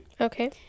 okay